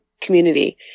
community